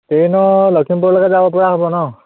ট্ৰেইনো লখিমপুৰলৈকে যাবপৰা হ'ব ন